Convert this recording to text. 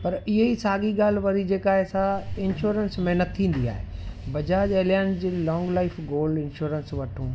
पर ईअं ई साॻी ॻाल्हि वरी जेका आहे सां इंश्योरेंस में न थींदी आहे बजाज अलियांज जी लॉन्ग लाइफ़ गोल्ड इंश्योरेंस वठूं